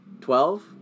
twelve